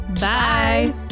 Bye